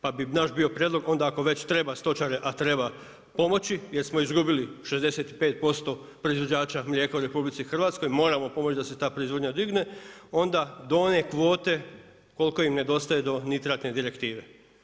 Pa bi naš bio prijedlog onda ako već treba stočare, a treba pomoći, jer smo izgubili 65% proizvođača mlijeka u RH, moramo pomoći da se ta proizvodnja digne, onda do one kvote, koliko im nedostaje do nitratne direktivne.